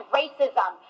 racism